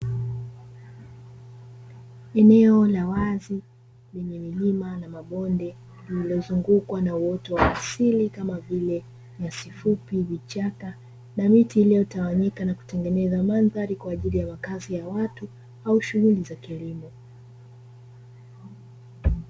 Eneo la wazi lenye milima na mabonde uliozungukwa na uoto wa asili kama vile nyasi fupi vichaka na miti, iliyotawanyika na kutengeneza mandhari kwa ajili ya makazi ya watu au shughuli za kilimo.